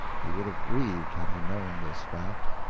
he would have grieved had he known this fact.